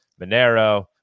Monero